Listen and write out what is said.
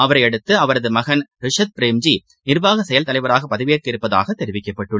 அவரையடுத்து அவரதுமகன் ரிசாத் பிரேம்ஜி நிர்வாக செயல் தலைவராகபதவியேற்கவுள்ளதாகதெரிவிக்கப்பட்டுள்ளது